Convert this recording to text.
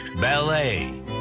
Ballet